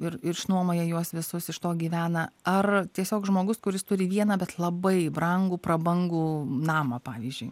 ir išnuomoja juos visus iš to gyvena ar tiesiog žmogus kuris turi vieną bet labai brangų prabangų namą pavyzdžiui